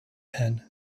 pen